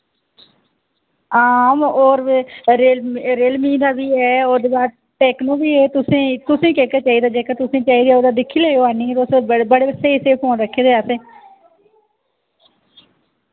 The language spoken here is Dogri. हां और वे रियलमी रियलमी दा बी ऐ ओह्दे बाद टेक्नो बी ऐ तुसें तुसें कोह्का चाहिदा जेह्का तुसें चाहिदा ओह्दा दिक्खी लैएओ आह्नियै तुस ब बड़े स्हेई स्हेई फोन रक्खे दे असें